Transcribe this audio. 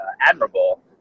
admirable